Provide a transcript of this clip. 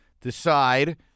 decide